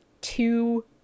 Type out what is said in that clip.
two